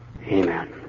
Amen